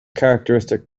characteristic